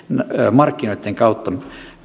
markkinoitten kautta